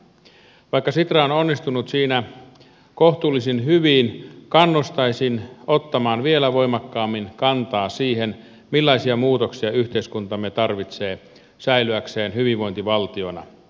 vaikka sitra on onnistunut siinä kohtuullisen hyvin kannustaisin ottamaan vielä voimakkaammin kantaa siihen millaisia muutoksia yhteiskuntamme tarvitsee säilyäkseen hyvinvointivaltiona